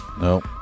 No